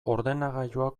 ordenagailua